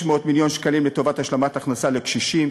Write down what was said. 600 מיליון שקלים לטובת השלמת הכנסה לקשישים,